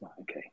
okay